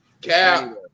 Cap